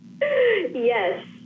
Yes